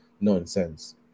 nonsense